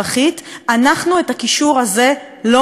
אנחנו את הקישור הזה לא נעשה.